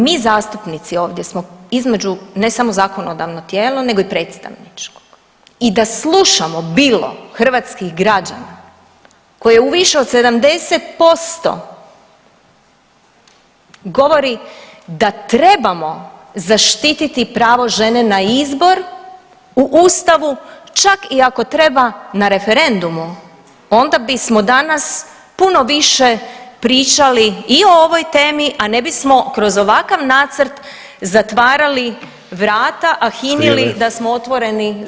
Mi zastupnici ovdje smo između ne samo zakonodavno tijelo nego i predstavničko i da slušamo bilo hrvatskih građana koje u više od 70% govori da trebamo zaštititi pravo žene na izbor u ustavu, čak i ako treba na referendumu onda bismo danas puno više pričali i o ovoj temi, a ne bismo kroz ovakav nacrt zatvarali vrata, a hinili da smo otvoreni za razgovore o izmjenama samog…